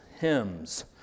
hymns